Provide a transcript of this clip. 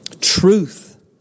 Truth